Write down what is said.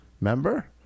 Remember